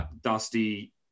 Dusty